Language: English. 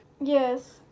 Yes